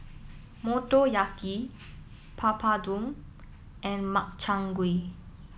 Motoyaki Papadum and Makchang Gui